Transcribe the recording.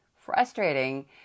frustrating